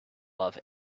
love